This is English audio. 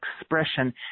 expression